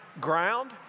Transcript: ground